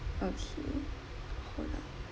okay hold on